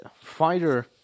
fighter